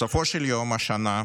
בסופו של יום השנה,